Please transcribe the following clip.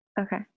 Okay